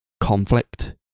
conflict